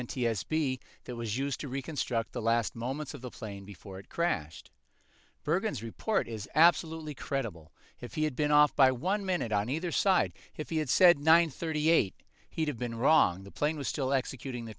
that was used to reconstruct the last moments of the plane before it crashed bergen's report is absolutely credible if he had been off by one minute on either side if he had said nine thirty eight he'd have been wrong the plane was still executing the